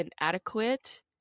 inadequate